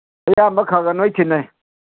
ꯑꯌꯥꯝꯕ ꯈꯔ ꯈꯔ ꯂꯣꯏꯅ ꯊꯤꯟꯅꯩ